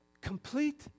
complete